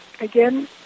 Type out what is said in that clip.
Again